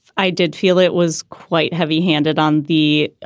i did feel it was quite heavy handed on the.